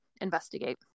investigate